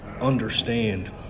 understand